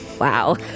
wow